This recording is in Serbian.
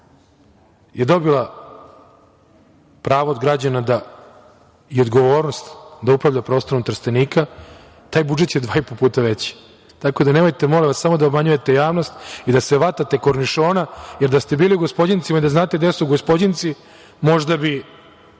je dobila pravo od građana i odgovornost da upravlja prostorom Trstenika, taj budžet je dva i po puta veći. Tako da, nemojte molim vas samo da obmanjujete javnost i da se vatate kornišona, jer da ste bili u Gospođincima i da znate gde su Gospođinci, možda bi